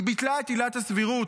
היא ביטלה את עילת הסבירות,